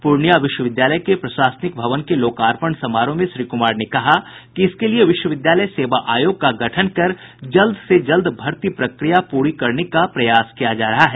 पूर्णिया विश्वविद्यालय के प्रशासनिक भवन के लोकार्पण समारोह में श्री कुमार ने कहा कि इसके लिए विश्वविद्यालय सेवा आयोग का गठन कर जल्द से जल्द भर्ती प्रक्रिया पूरी करने का प्रयास किया जा रहा है